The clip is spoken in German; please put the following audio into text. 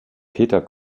peter